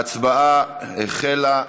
ההצבעה החלה.